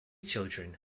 children